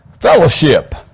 Fellowship